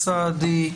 סעדי,